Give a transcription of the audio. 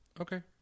Okay